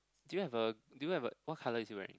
do you have a do you have a what colour is he wearing